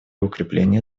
укрепления